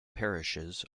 parishes